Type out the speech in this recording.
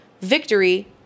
Victory